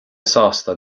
sásta